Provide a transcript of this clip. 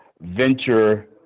venture